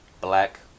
black